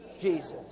Jesus